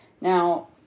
Now